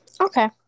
Okay